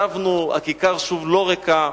שבנו, הכיכר שוב לא ריקה,